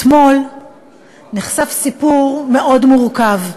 אתמול נחשף סיפור מאוד מורכב,